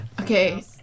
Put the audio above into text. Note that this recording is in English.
Okay